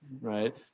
right